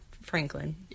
Franklin